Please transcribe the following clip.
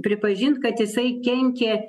pripažint kad jisai kenkia